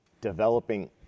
developing